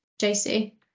JC